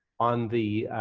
on the